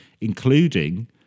including